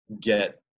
get